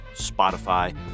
Spotify